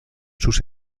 sus